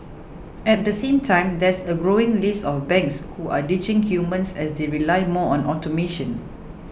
at the same time there's a growing list of banks who are ditching humans as they rely more on automation